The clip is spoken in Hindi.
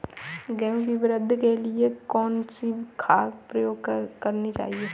गेहूँ की वृद्धि के लिए कौनसी खाद प्रयोग करनी चाहिए?